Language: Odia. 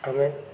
ଆମେ